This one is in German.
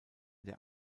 der